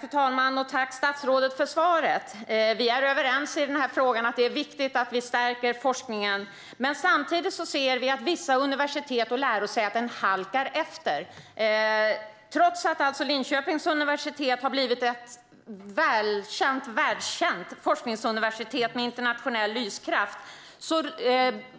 Fru talman! Tack, statsrådet, för svaret! Vi är överens om att det är viktigt att vi stärker forskningen. Samtidigt ser vi att vissa universitet och lärosäten halkar efter. Trots att Linköpings universitet har blivit ett världskänt forskningsuniversitet med internationell lyskraft